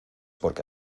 porque